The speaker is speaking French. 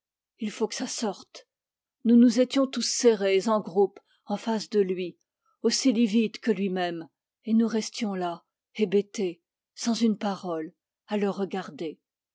il faut que ça sorte nous nous étions tous serrés en groupe en face de lui aussi livides que lui-même et nous restions là hébétés sans une parole à le regarder